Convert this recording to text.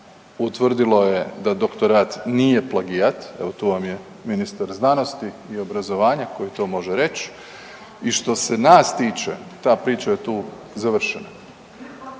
utvrdilo je da doktorat nije plagijat evo tu vam je ministar znanosti i obrazovanja koji to može reć i što se nas tiče ta priča je tu završena.